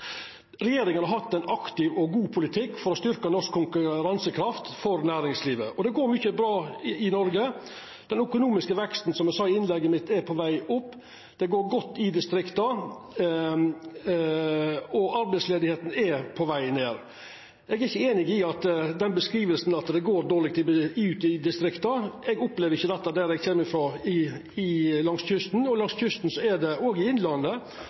Regjeringa har hatt ein aktiv og god politikk for å styrkja norsk konkurransekraft for næringslivet. Og mykje går bra i Noreg. Den økonomiske veksten er, som eg sa i innlegget mitt, på veg opp, det går godt i distrikta, og arbeidsløysa er på veg ned. Eg er ikkje einig i beskrivinga av at det går dårleg i distrikta – eg opplever ikkje det der eg kjem frå, langs kysten, og heller ikkje i innlandet. Til og med innanfor landbruket opplever me vekst og